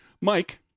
Mike